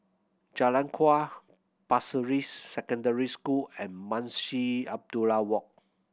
Jalan Kuak Pasir Ris Secondary School and Munshi Abdullah Walk